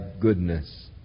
goodness